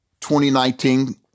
2019